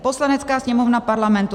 Poslanecká sněmovna Parlamentu